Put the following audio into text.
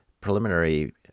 preliminary